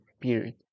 period